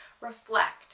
reflect